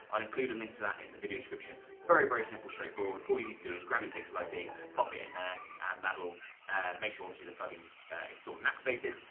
i'll include a link to that in the video description. very, very, simple straightforward. all you need to do is grab your pixel id, pop it in there, and that will make sure obviously the plugins installed and activated.